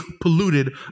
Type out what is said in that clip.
polluted